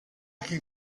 can